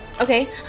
okay